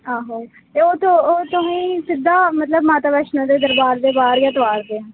आहो ते ओह् ओह् तुसेंगी सिद्धा मतलब माता वैष्णो दे दरबार दे बाह्र गै तुहार दे न